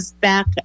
back